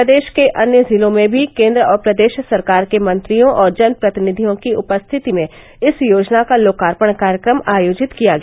प्रदेष के अन्य जिलों में भी केन्द्र और प्रदेष सरकार के मंत्रियों और जनप्रतिनिधियों की उपस्थिति में इस योजना का लोकार्पण कार्यक्रम आयोजित किया गया